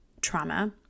trauma